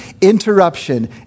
interruption